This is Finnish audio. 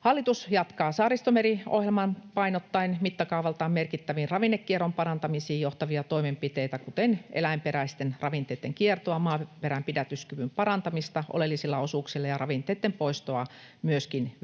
Hallitus jatkaa Saaristomeri-ohjelmaa painottaen mittakaavaltaan merkittävään ravinnekierron parantamiseen johtavia toimenpiteitä, kuten eläinperäisten ravinteitten kiertoa, maaperän pidätyskyvyn parantamista oleellisilla osuuksilla ja myöskin ravinteitten poistoa vesistöistä.